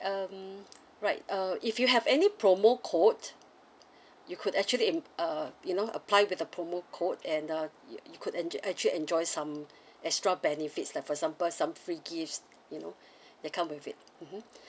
um right uh if you have any promo code you could actually in uh you know apply with the promo code and uh you you could en~ actually enjoys some extra benefits like for example some free gifts you know that come with it mmhmm